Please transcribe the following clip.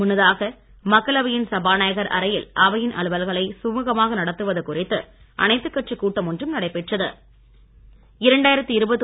முன்னதாக மக்களவையின் சபாநாயகர் அறையில் அவையின் அலுவல்களை சுழுகமாக நடத்துவது குறித்து அனைத்து கட்சி கூட்டம் ஒன்றும் நடைபெற்றது